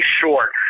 short